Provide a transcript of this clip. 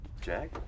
Jack